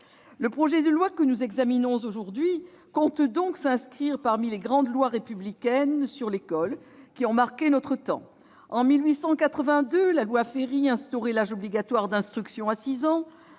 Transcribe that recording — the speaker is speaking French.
Le projet de loi que nous examinons aujourd'hui a donc vocation à s'inscrire parmi les grandes lois républicaines sur l'école qui ont marqué notre temps. En 1882, la loi Ferry instaurait l'âge obligatoire d'instruction à 6 ans